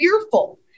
fearful